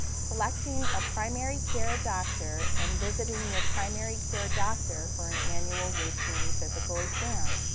selecting a primary care doctor and visiting your primary care doctor for an annual routine physical exam.